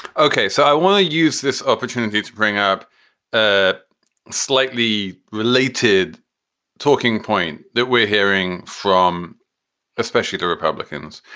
okay. so i want to use this opportunity to bring up a slightly related talking point that we're hearing from especially the republicans,